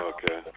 Okay